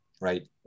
Right